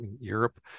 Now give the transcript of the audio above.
Europe